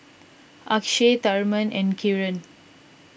Akshay Tharman and Kiran